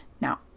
Now